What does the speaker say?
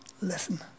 listen